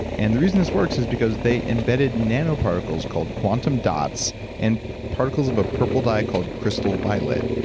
and the reason this works is because they embedded nano particles called quantum dots and particles of a purple dye called crystal violet.